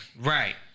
Right